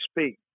speak